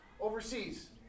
overseas